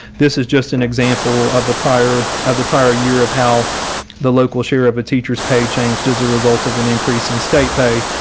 this is just an example of the prior of the prior year of how the local share of a teacher's pay changed as a result of an increase in state pay.